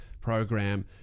program